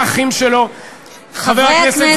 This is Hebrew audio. חברי הכנסת.